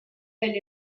del